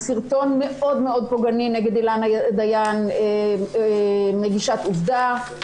סרטון מאוד מאוד פוגעני נגד אילנה דיין מגישת "עובדה".